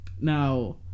now